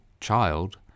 child